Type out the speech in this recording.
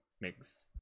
Mix